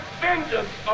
vengeance